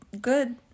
good